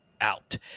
out